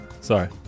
Sorry